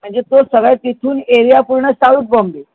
म्हणजे तो सगळा तिथून एरिया पूर्ण साऊथ बॉम्बे